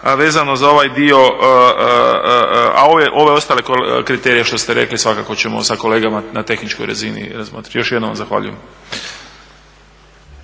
vezano za ovaj dio, a ove ostale kriterije što ste rekli, svakako ćemo sa kolegama na tehničkoj razini razmotriti. Još jednom vam zahvaljujem.